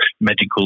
medical